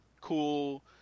cool